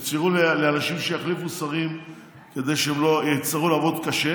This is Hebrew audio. אפשר לאנשים שיחליפו שרים כדי שהם לא יצטרכו לעבוד קשה.